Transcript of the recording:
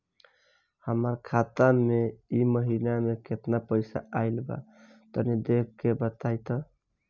हमरा खाता मे इ महीना मे केतना पईसा आइल ब तनि देखऽ क बताईं?